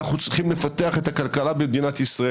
אנחנו צריכים לפתח את הכלכלה במדינת ישראל.